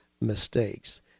mistakes